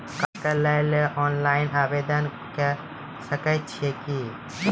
कार्डक लेल ऑनलाइन आवेदन के सकै छियै की?